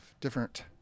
different